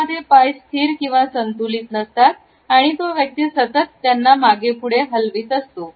यामध्ये पाय स्थिर किंवा संतुलित नसतात आणि तो व्यक्ती सतत त्यांना मागेपुढे हलवीत असतो